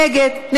נגד.